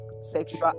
sexual